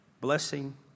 blessing